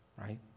right